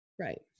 Right